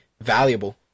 valuable